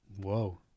Whoa